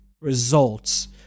results